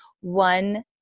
One